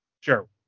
Sure